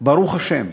ברוך השם.